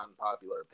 unpopular